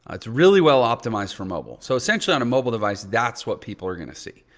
it's really well optimized for mobile. so essentially on a mobile device, that's what people are gonna see.